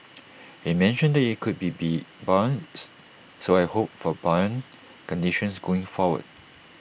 he mentioned that IT could be be buoyant so I hope for buoyant conditions going forward